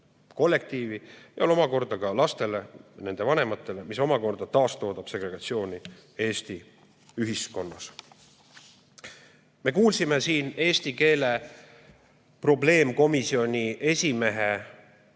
kollektiivi ja omakorda lastele ja nende vanematele. See omakorda taastoodab segregatsiooni Eesti ühiskonnas.Me kuulsime siin eesti keele probleemkomisjoni esimehe